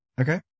Okay